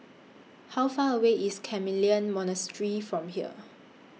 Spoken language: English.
How Far away IS Carmelite Monastery from here